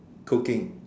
cooking